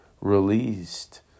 released